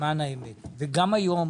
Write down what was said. וגם היום